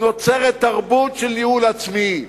נוצרת תרבות של ניהול עצמי.